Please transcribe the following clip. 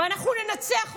אבל אנחנו ננצח אותם.